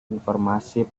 informasi